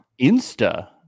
insta